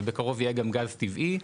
בקרוב יהיה גם גז טבעי.